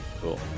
cool